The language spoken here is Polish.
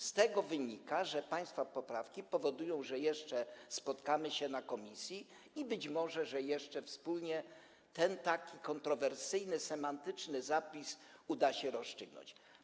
Z tego wynika, że państwa poprawki powodują, że jeszcze spotkamy się w komisji i być może jeszcze wspólnie ten kontrowersyjny semantycznie zapis uda się rozstrzygnąć.